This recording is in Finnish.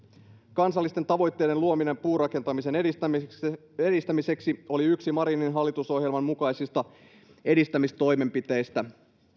kansallisten tavoitteiden luominen puurakentamisen edistämiseksi edistämiseksi oli yksi marinin hallitusohjelman mukaisista edistämistoimenpiteistä